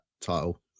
title